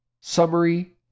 Summary